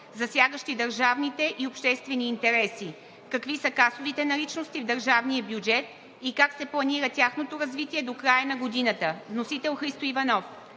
засягащи държавните и обществени интереси: какви са касовите наличности в държавния бюджет и как се планира тяхното развитие до края на годината. Вносител – народният